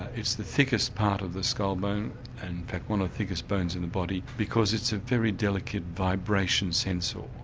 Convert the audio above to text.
it's the thickest part of the skull bone and one of the thickest bones in the body because it's a very delicate vibrations sensor.